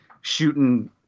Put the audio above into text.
shooting